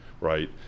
right